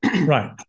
Right